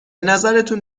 نظرتون